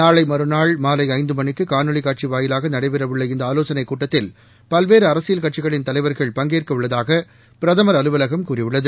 நாளை மறுநாள் மாலை ஐந்து மணிக்கு காணொலி காட்சி வாயிலாக நடைபெறவுள்ள இந்த ஆவோசனைக் கூட்டத்தில் பல்வேறு அரசியல் கட்சிகளின் தலைவர்கள் பங்கேற்க உள்ளதாக பிரதமர் அலுவலகம் கூறியுள்ளது